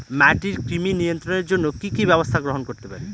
মাটির কৃমি নিয়ন্ত্রণের জন্য কি কি ব্যবস্থা গ্রহণ করতে পারি?